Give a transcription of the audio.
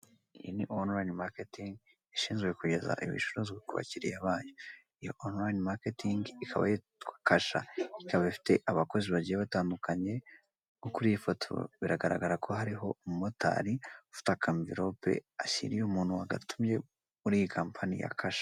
Iyi ni onulayini maketi ishinzwe kugeza ibicuruzwa ku bakiliya bayo. Onulayini maketi ikaba yitwa Kasha ikaba ifite abakozi bagiye batandukanye. Nko kuri iyifoto bigaragara ko hariho umumotari ufite akamvirope ashiriye umuntu wagatumye, muri iyi kampani ya Kasha.